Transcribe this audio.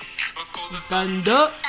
Thunder